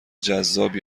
جذاب